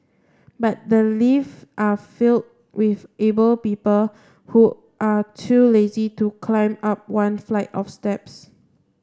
but the lifts are filled with able people who are too lazy to climb up one flight of steps